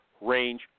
range